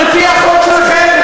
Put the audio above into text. לפי החוק שלכם,